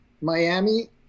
Miami